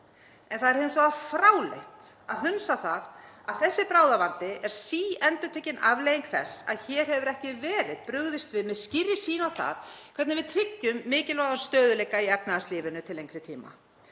En það er hins vegar fráleitt að hunsa það að þessi bráðavandi er síendurtekin afleiðing þess að hér hefur ekki verið brugðist við með skýrri sýn á það hvernig við tryggjum mikilvægan stöðugleika í efnahagslífinu til lengri tíma.